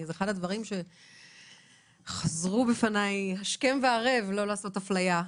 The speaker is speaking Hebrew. זה אחד הדברים שחזרו בפניי השכם וערב הוא לא לעשות אפליה.